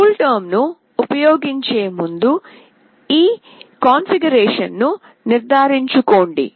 కూల్టెర్మ్ను ఉపయోగించే ముందు ఈ కాన్ఫిగరేషన్ను నిర్ధారించుకోండి